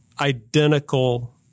identical